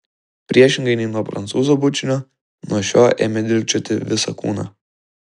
priešingai nei nuo prancūzo bučinio nuo šio ėmė dilgčioti visą kūną